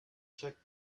check